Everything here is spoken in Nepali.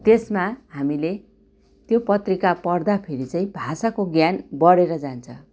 त्यसमा हामीले त्यो पत्रिका पढ्दा खेरि चाहिँ भाषाको ज्ञान बढेर जान्छ